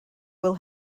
will